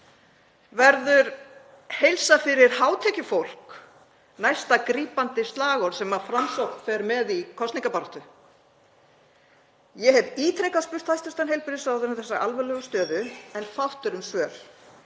Verður heilsa fyrir hátekjufólk næsta grípandi slagorð sem Framsókn fer með í kosningabaráttu? Ég hef ítrekað spurt hæstv. heilbrigðisráðherra um þessa alvarlegu stöðu en fátt er um svör.